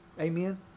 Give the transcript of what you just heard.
Amen